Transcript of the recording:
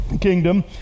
kingdom